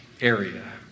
area